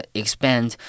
expand